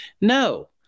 no